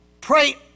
pray